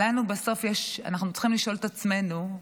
אבל בסוף אנחנו צריכים לשאול את עצמנו,